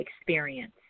experience